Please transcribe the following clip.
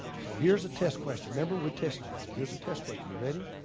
so here's a test question. remember, we're testing. here's a test question, you ready?